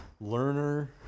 learner